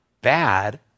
bad